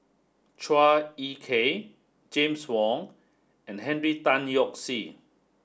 Chua Ek Kay James Wong and Henry Tan Yoke See